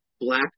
black